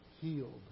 healed